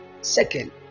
second